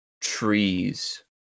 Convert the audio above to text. Trees